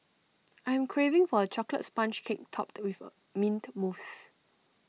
I am craving for A Chocolate Sponge Cake Topped with A Mint Mousse